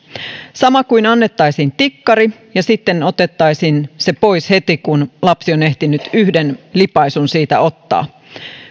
sama kuin annettaisiin tikkari ja sitten otettaisiin se pois heti kun lapsi on ehtinyt yhden lipaisun siitä ottaa